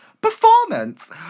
performance